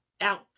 out